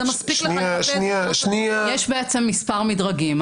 מספר מדרגים.